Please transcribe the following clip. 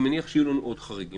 אני מניח שיהיו לנו עוד חריגים.